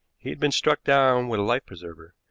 he had been struck down with a life-preserver,